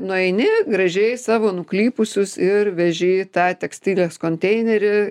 nueini gražiai savo nuklypusius ir veži į tą tekstilės konteinerį